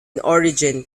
origin